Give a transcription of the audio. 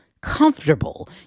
comfortable